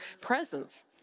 presence